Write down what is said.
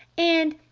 and.